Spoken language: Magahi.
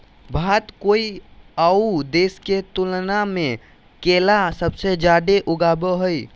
भारत कोय आउ देश के तुलनबा में केला सबसे जाड़े उगाबो हइ